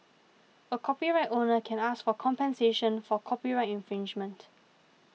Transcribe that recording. a copyright owner can ask for compensation for copyright infringement